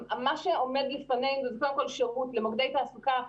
מה שעומד לפנינו זה בסך הכול שירות למוקדי תעסוקה.